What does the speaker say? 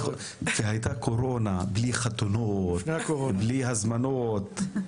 נכון, כי היתה קורונה, בלי חתונות, בלי הזמנות.